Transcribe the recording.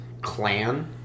clan